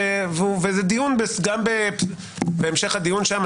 וזה דיון גם בהמשך הדיון שם,